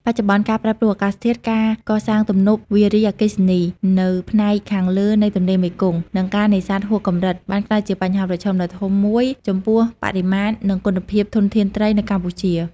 បច្ចុប្បន្ន ការប្រែប្រួលអាកាសធាតុ ការកសាងទំនប់វារីអគ្គិសនីនៅផ្នែកខាងលើនៃទន្លេមេគង្គ និងការនេសាទហួសកម្រិត បានក្លាយជាបញ្ហាប្រឈមដ៏ធំមួយចំពោះបរិមាណ និងគុណភាពធនធានត្រីនៅកម្ពុជា។